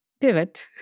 pivot